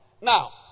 Now